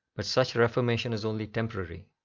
but such reformation is only temporary.